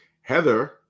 Heather